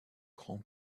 grands